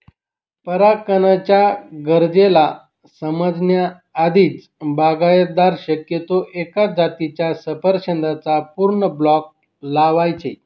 परागकणाच्या गरजेला समजण्या आधीच, बागायतदार शक्यतो एकाच जातीच्या सफरचंदाचा पूर्ण ब्लॉक लावायचे